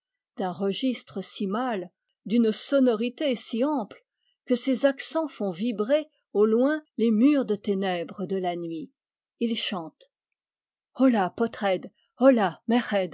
d'un registre si mâle d'une sonorité si ample que ses accents font vibrer au loin les murs de ténèbres de la nuit il chante holà